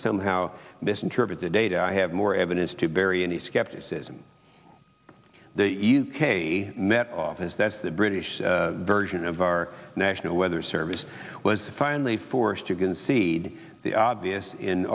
somehow misinterpret the data i have more evidence to bury any skepticism the met office that's the british version of our national weather service was finally forced to concede the obvious in